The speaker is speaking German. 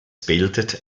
bildet